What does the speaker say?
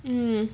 mm